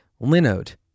Linode